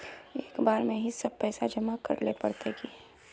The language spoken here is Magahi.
एक बार में ही सब पैसा जमा करले पड़ते की?